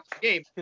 game